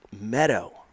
meadow